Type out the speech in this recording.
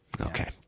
Okay